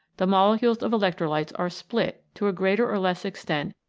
the molecules of electrolytes are split, to a greater or less extent,